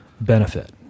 benefit